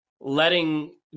letting